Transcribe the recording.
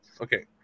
Okay